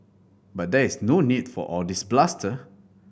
but there is no need for all this bluster